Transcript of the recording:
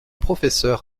professeur